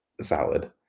salad